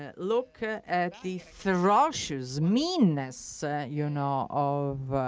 ah look at the thrashes, meanness you know of